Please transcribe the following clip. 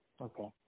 Okay